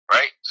Right